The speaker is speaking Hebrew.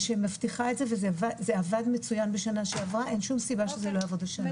זה עבד מצוין בשנה שעברה ואין שום סיבה שלא יעבוד גם השנה.